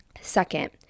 Second